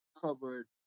covered